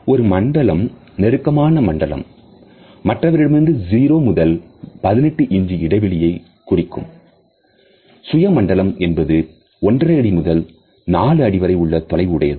ஒரு மண்டலம் நெருக்கமான மண்டலம் மற்றவரிடமிருந்து 0 முதல் 18 இன்ச் இடைவெளியை குறைக்கும் சுய மண்டலம் என்பது ஒன்றரை அடி முதல் 4 அடி வரை உள்ள தொலைவு உடையது